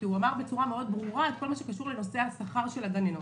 הוא אמר בצורה מאוד ברורה את כל מה שקשור לנושא השכר של הגננות.